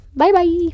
bye-bye